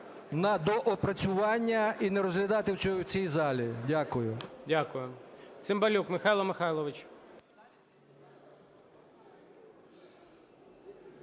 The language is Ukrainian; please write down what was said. на доопрацювання і не розглядати в цій залі. Дякую. ГОЛОВУЮЧИЙ. Дякую. Цимбалюк Михайло Михайлович.